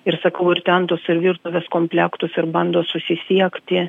ir sakau ir tentus ir virtuvės komplektus ir bando susisiekti